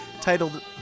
titled